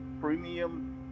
premium